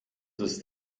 ist